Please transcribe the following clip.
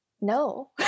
No